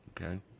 okay